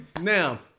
Now